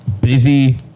busy